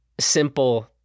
simple